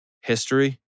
history